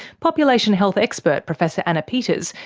population health expert, professor anna peeters,